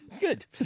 Good